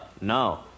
no